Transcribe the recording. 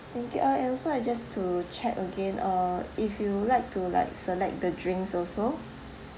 thank you uh and also I just to check again uh if you would like to like select the drinks also